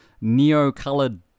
neo-colored